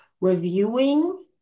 reviewing